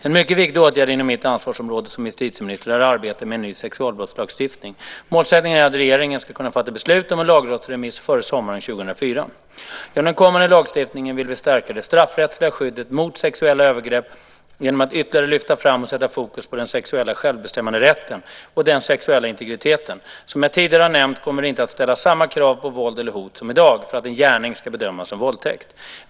En mycket viktig åtgärd inom mitt ansvarsområde som justitieminister är arbetet med en ny sexualbrottslagstiftning. Målsättningen är att regeringen ska kunna fatta beslut om en lagrådsremiss före sommaren 2004. Genom den kommande lagstiftningen vill vi stärka det straffrättsliga skyddet mot sexuella övergrepp genom att ytterligare lyfta fram och sätta fokus på den sexuella självbestämmanderätten och den sexuella integriteten. Som jag tidigare har nämnt kommer det inte att ställas samma krav på våld eller hot som i dag för att en gärning ska bedömas som våldtäkt.